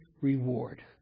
reward